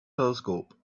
telescope